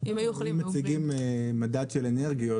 אם מציגים מדד של אנרגיות,